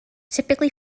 typically